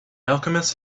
alchemist